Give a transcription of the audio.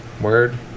Word